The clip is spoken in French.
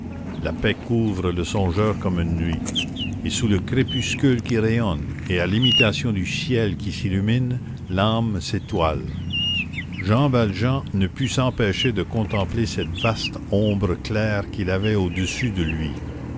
la paix couvre le songeur comme une nuit et sous le crépuscule qui rayonne et à l'imitation du ciel qui s'illumine l'âme s'étoile jean valjean ne put s'empêcher de contempler cette vaste ombre claire qu'il avait au-dessus de lui